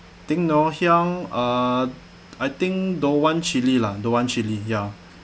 I think ngoh hiang uh I think don't want chilli lah don't want chilli ya